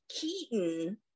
keaton